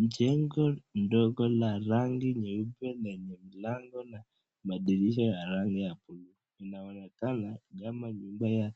Mjengo ndogo la rangi nyeupe lenye mlango na madirisha ya rangi ya buluu, inaonekana kama nyumba ya